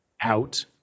out